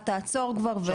המשטרה תעצור כבר.